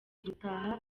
gutaha